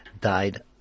died